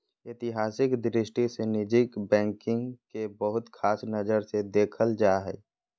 ऐतिहासिक दृष्टि से निजी बैंकिंग के बहुत ख़ास नजर से देखल जा हइ